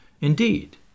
Indeed